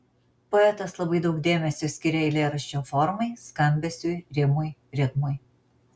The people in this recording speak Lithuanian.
poetas labai daug dėmesio skiria eilėraščio formai skambesiui rimui ritmui